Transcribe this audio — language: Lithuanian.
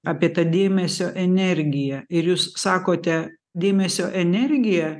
apie tą dėmesio energiją ir jūs sakote dėmesio energija